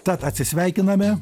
tad atsisveikiname